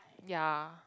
ya